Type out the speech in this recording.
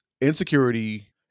insecurity